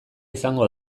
izango